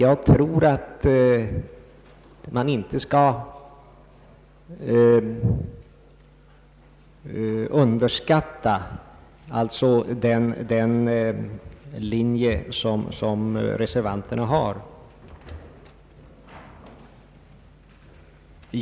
Man skall nog inte underskatta den linje som reservanterna företräder.